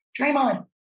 Draymond